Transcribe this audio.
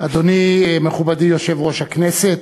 אדוני מכובדי יושב-ראש הכנסת,